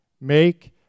Make